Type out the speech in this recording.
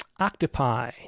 octopi